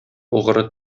угры